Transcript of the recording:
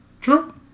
True